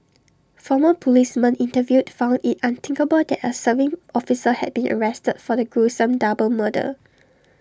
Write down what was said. former policemen interviewed found IT unthinkable that A serving officer had been arrested for the gruesome double murder